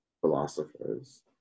philosophers